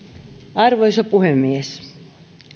arvoisa puhemies